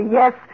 yes